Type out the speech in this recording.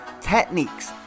techniques